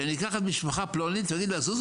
אני אקח את משפחת פלוני ואני אגיד לה "זוזו